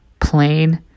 Plain